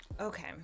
Okay